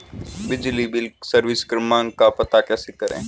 बिजली bill service क्रमांक का पता कैसे करें?